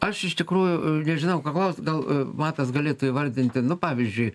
aš iš tikrųjų nežinau paklaust gal matas galėtų įvardinti nu pavyzdžiui